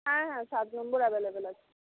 হ্যাঁ হ্যাঁ সাত নম্বর অ্যাভেলেবেল আছে